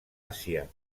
àsia